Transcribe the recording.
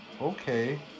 Okay